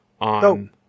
on